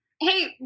hey